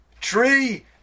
tree